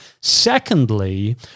Secondly